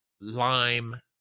lime